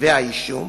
כתבי האישום